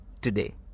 today